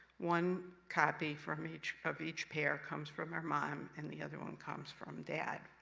one copy from each of each pair comes from our mom, and the other one comes from dad.